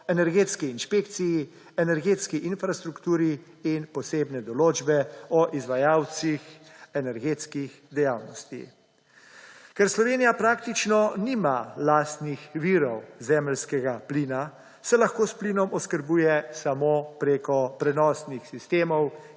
energetski inšpekciji, energetski infrastrukturi in posebne določbe o izvajalcih energetskih dejavnosti. Ker Slovenija praktično nima lastnih virov zemeljskega plina, se lahko s plinom oskrbuje samo prek prenosnih sistemov